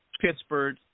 Pittsburgh